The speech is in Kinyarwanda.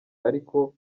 ariko